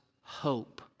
hope